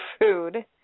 food